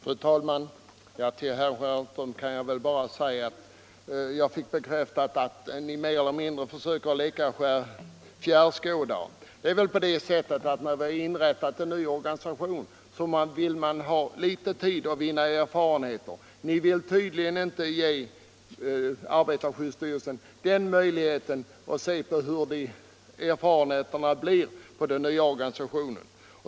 Fru talman! Till herr Stjernström kan jag väl bara säga att jag av hans anförande fick bekräftat att centern mer eller mindre söker leka fjärrskådare. Det är väl på det sättet att när en ny organisation är inrättad, så vill man ha litet tid att vinna erfarenheter. Ni vill tydligen inte ge arbetarskyddsstyrelsen den möjligheten att se hur erfarenheterna blir av den nya organisationen.